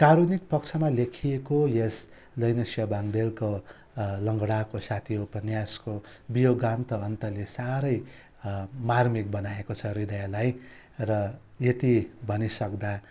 कारुणिक पक्षमा लेखिएको यस लैनसिंह बाङ्देलको लङ्गडाको साथी उपन्यासको वियोगान्त अन्तले साह्रै मार्मिक बनाएको छ हृदयलाई र यति भनिसक्दा